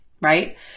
right